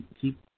keep